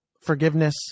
forgiveness